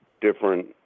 different